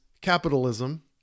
capitalism